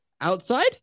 outside